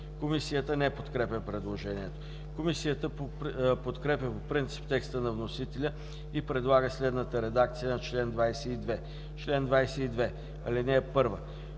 Комисията не подкрепя предложението. Комисията подкрепя по принцип текста на вносителя и предлага следната редакция на чл. 22: „Чл. 22. (1) Концедентът